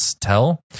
tell